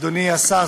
אדוני השר,